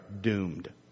doomed